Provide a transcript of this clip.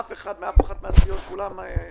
אף אחת מהסיעות לא הביעה התנגדות,